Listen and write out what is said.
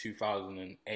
2008